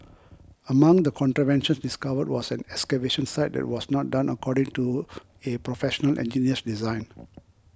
among the contraventions discovered was an excavation site that was not done according to a Professional Engineer's design